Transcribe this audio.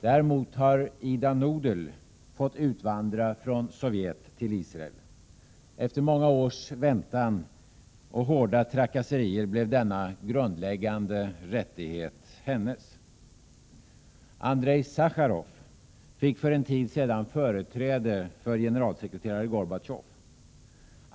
Däremot har Ida Nudel fått utvandra från Sovjet till Israel. Efter många års väntan och hårda trakasserier blev denna grundläggande rättighet hennes. Andrej Sacharov fick för en tid sedan företräde hos generalsekreterare Gorbatjov.